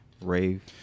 rave